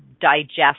digest